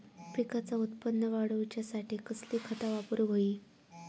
पिकाचा उत्पन वाढवूच्यासाठी कसली खता वापरूक होई?